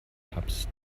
tabs